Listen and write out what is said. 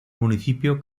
municipio